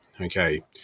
okay